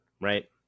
right